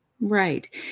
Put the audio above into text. Right